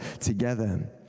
together